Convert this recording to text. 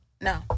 No